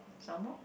some more